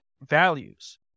values